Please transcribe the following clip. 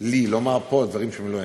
לי לומר פה דברים שהם לא אמת.